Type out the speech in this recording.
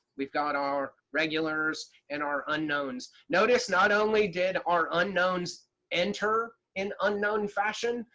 we've got our regulars and our unknowns. notice not only did our unknowns enter in unknown fashion,